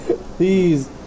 Please